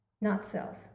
not-self